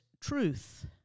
truth